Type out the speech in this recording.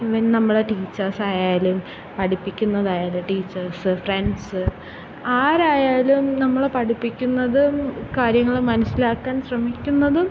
even നമ്മളെ ടീച്ചേർസായാലും പഠിപ്പിക്കുന്നതായാലും ടീച്ചേഴ്സ് ഫ്രണ്ട്സ് ആരായാലും നമ്മളെ പഠിപ്പിക്കുന്നതും കാര്യങ്ങൾ മനസ്സിലാക്കാൻ ശ്രമിക്കുന്നതും